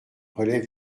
relèvent